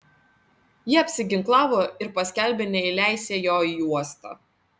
jie apsiginklavo ir paskelbė neįleisią jo į uostą